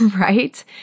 right